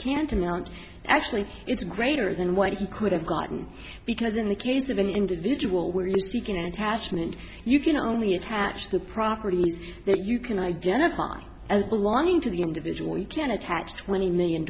tantamount actually it's greater than what he could have gotten because in the case of an individual where you seek an attachment you can only attach the property that you can identify as belonging to the individual you can attach twenty million